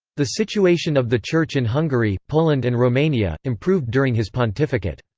the situation of the church in hungary, poland and romania, improved during his pontificate.